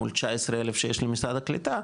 מול 19,000 שיש למשרד הקליטה,